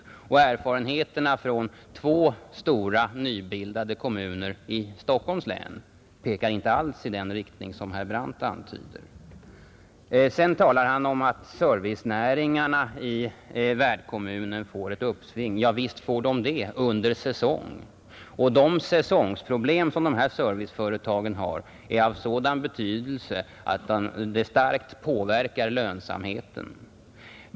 Erfarenheterna från två stora nybildade kommuner i Stockholms län pekar inte alls i den riktning som herr Brandt antydde. Sedan talade herr Brandt om att servicenäringarna i värdkommunen får ett uppsving. Ja, visst får de det — under säsong. Och de säsongproblem som dessa serviceföretag har är av sådan storleksordning att de starkt påverkar lönsamheten.